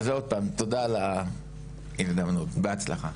אז עוד פעם, תודה על ההזדמנות, בהצלחה.